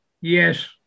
Yes